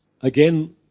Again